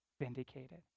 vindicated